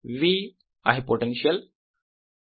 V आहे potential